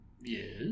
yes